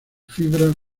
fibras